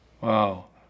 Wow